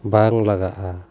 ᱵᱟᱝ ᱞᱟᱜᱟᱜᱼᱟ